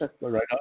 Right